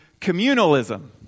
communalism